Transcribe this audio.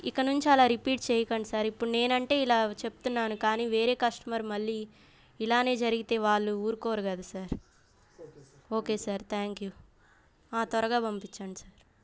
ఇకనుంచి అలా రిపీట్ చేయకండి సార్ ఇప్పుడు నేను అంటే ఇలా చెప్తున్నాను కానీ వేరే కస్టమర్ మళ్ళీ ఇలానే జరిగితే వాళ్ళు ఊరుకోరు కద sir okay sir thank you ఆ త్వరగా పంపించండి సార్